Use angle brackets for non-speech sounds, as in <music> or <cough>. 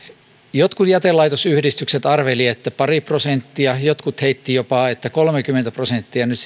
jotkut jätelaitosyhdistykset arvelivat että pari prosenttia jotkut heittivät jopa että kolmekymmentä prosenttia nyt <unintelligible>